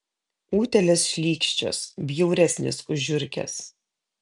utėlės šlykščios bjauresnės už žiurkes